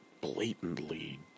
blatantly